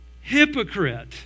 hypocrite